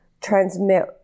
transmit